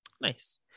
Nice